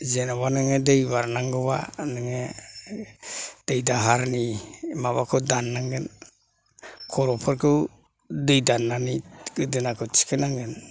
जेनेबा नोङो दै बारनांगौबा नोङो दै दाहारनि माबाखौ दाननांगोन खर'फोरखौ दै दाननानै गोदोनाखौ थिखोनांगोन